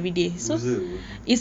loser apa